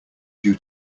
due